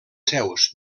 seus